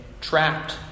trapped